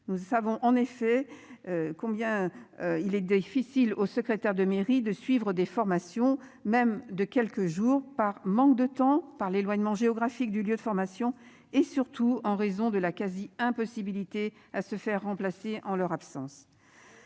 Nous avons en effet. Combien il est difficile au secrétaire de mairie de suivre des formations, même de quelques jours par manque de temps par l'éloignement géographique du lieu de formation et surtout en raison de la quasi-impossibilité à se faire remplacer en leur absence.